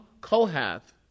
Kohath